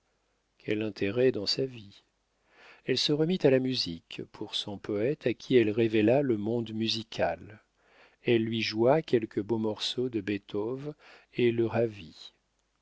quel intérêt dans sa vie elle se remit à la musique pour son poète à qui elle révéla le monde musical elle lui joua quelques beaux morceaux de beethoven et le ravit